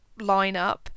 lineup